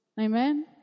Amen